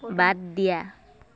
বাদ দিয়া